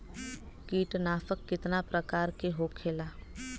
कीटनाशक कितना प्रकार के होखेला?